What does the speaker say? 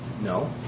No